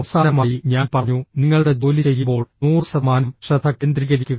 അവസാനമായി ഞാൻ പറഞ്ഞു നിങ്ങളുടെ ജോലി ചെയ്യുമ്പോൾ 100 ശതമാനം ശ്രദ്ധ കേന്ദ്രീകരിക്കുക